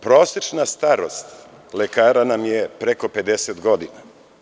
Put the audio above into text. Prosečna starost lekara nam je preko 50 godina.